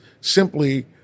simply